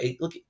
look